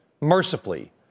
mercifully